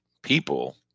people